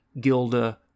Gilda